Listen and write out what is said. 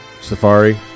Safari